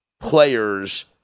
players